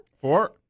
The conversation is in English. Four